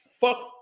fuck